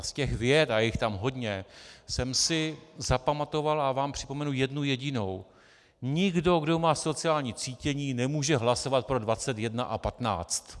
Z těch vět, a je jich tam hodně, jsme si zapamatoval a vám připomenu jednu jedinou: Nikdo, kdo má sociální cítění, nemůže hlasovat pro 21 a 15.